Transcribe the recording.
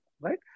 right